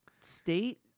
State